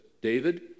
David